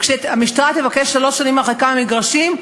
וכשהמשטרה תבקש שלוש שנים הרחקה מהמגרשים,